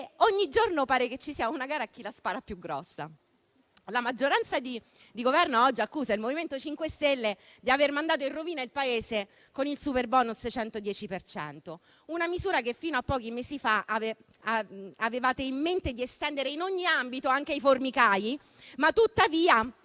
ogni giorno pare che ci sia una gara a chi la spara più grossa. La maggioranza di Governo oggi accusa il MoVimento 5 Stelle di aver mandato in rovina il Paese con il superbonus al 110 per cento, una misura che fino a pochi mesi fa avevate in mente di estendere in ogni ambito, anche ai formicai. Tuttavia,